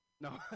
No